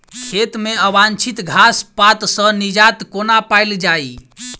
खेत मे अवांछित घास पात सऽ निजात कोना पाइल जाइ?